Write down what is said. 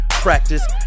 practice